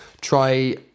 try